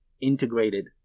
integrated